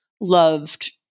loved